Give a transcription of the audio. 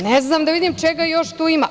Ne znam, da vidim čega još tu ima.